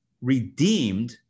redeemed